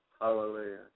Hallelujah